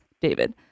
David